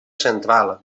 central